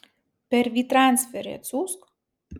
per vytransferį atsiųsk